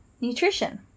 nutrition